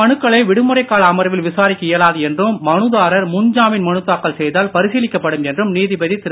மனுக்களை இத்தகைய விடுமுறைக்கால அமர்வில் விசாரிக்க இயலாது என்றும் மனுதாரர் முன்ஜாமின் மனு தாக்கல் செய்தால் பரிசீலிக்கப்படும் என்றும் நீதிபதி திரு